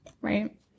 right